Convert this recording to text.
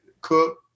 Cook